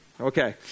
Okay